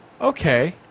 okay